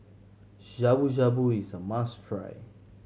Shabu Shabu is a must try